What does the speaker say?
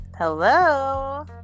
Hello